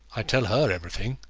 i tell her everything,